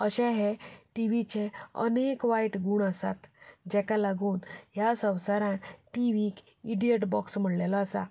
अशे हे टी व्हीचे अनेक वायट गूण आसात जेका लागून ह्या संवसारांत टी व्हीक इडियट बॉक्स म्हणलेलो आसा